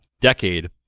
decade